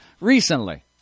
recently